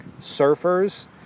surfers